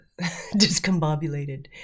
discombobulated